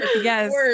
Yes